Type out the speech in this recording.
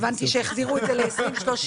הבנתי שהחזירו את זה ל-2030.